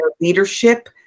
leadership